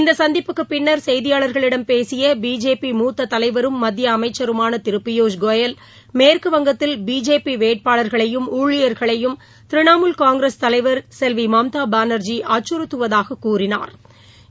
இந்த சந்திப்புக்குப பின்னர் செய்தியாளர்களிடம் பேசிய பிஜேபி மூத்த தலைவரும் மத்திய அமைச்சருமான திரு பியூஷ் கோயல் மேற்குவங்கத்தில் பிஜேபி வேட்பாளர்களையும் ஊழியர்களையும் திரணமூல் காங்கிரஸ் தலைவா் செல்வி மம்தா பானா்ஜி அச்சுறுத்துவதாகக் கூறினாா்